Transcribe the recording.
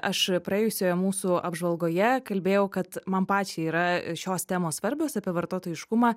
aš praėjusioje mūsų apžvalgoje kalbėjau kad man pačiai yra šios temos svarbios apie vartotojiškumą